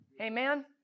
Amen